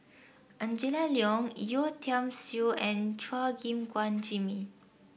Angela Liong Yeo Tiam Siew and Chua Gim Guan Jimmy